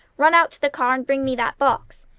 run out to the car, and bring me that box.